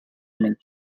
minsk